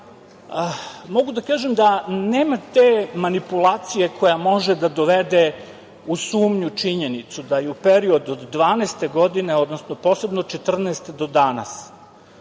mogu da kažem nema te manipulacije koja može da dovede u sumnju činjenicu da period od 12 godine, odnosno posebno 14 do danas,